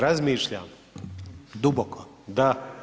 Razmišljam duboko, da.